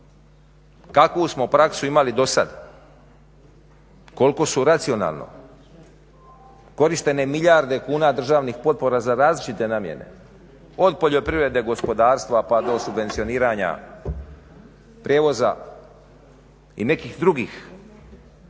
Kakvu smo praksu imali dosad, koliko su racionalno korištene milijarde kuna državnih potpora za različite namjene, od poljoprivrede, gospodarstva pa do subvencioniranja prijevoza i nekih drugih